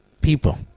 people